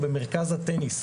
אנחנו מחפשים פה שותפות להצלחה.